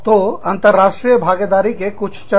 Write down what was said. तो अंतरराष्ट्रीय भागीदारी के कुछ चरण